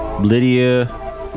Lydia